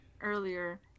earlier